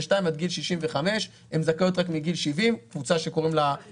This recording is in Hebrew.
עד גיל 65. הן זכאיות רק מגיל 70. שלמה,